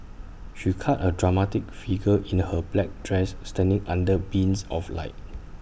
she cut A dramatic figure in her black dress standing under beams of light